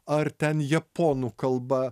ar ten japonų kalba